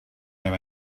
know